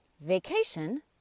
vacation